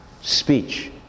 speech